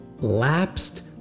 lapsed